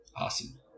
Awesome